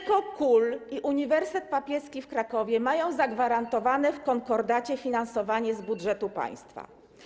Tylko KUL i Uniwersytet Papieski w Krakowie mają zagwarantowane w konkordacie finansowanie z budżetu państwa.